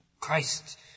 Christ